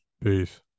Peace